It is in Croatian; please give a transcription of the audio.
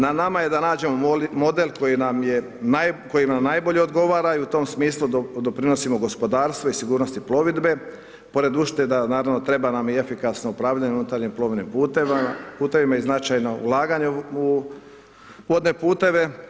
Na nama je da nađemo model koji nam je, koji nam najbolje odgovara i u tom smislu doprinosimo gospodarstvu i sigurnosti plovidbe, pored ušteda naravno treba nam i efikasno upravljanje unutarnjim plovnim putevima i značajna ulaganja u vodne puteve.